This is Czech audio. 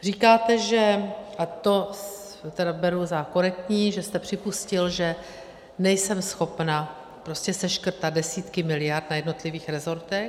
Říkáte, a to beru za korektní, že jste připustil, že nejsem schopna prostě seškrtat desítky miliard na jednotlivých resortech.